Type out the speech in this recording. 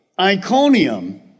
Iconium